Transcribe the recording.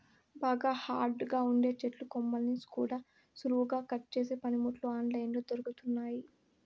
బాగా హార్డ్ గా ఉండే చెట్టు కొమ్మల్ని కూడా సులువుగా కట్ చేసే పనిముట్లు ఆన్ లైన్ లో దొరుకుతున్నయ్యి